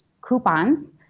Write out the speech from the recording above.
coupons